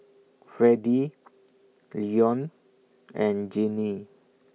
Freddy Leone and Jeannine